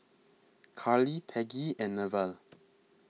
Karli Peggy and Newell